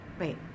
Wait